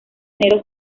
enero